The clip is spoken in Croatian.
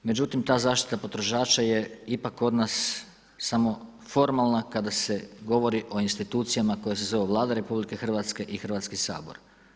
Međutim, ta zaštita potrošača je ipak od nas samo formalna, kada se govori o institucijama koje se zovu Vlada RH i Hrvatski sabor.